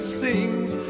sings